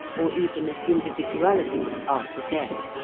or even of individuality after death.